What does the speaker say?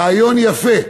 רעיון יפה,